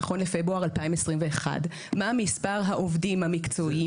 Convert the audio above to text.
נכון לפברואר 2021. מה מספר העובדים המקצועיים.